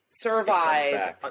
survived